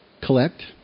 collect